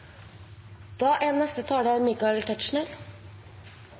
Då er